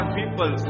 people